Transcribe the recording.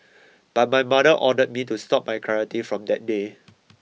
but my mother ordered me to stop my karate from that day